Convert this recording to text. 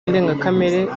ndengakamere